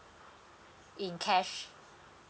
in cash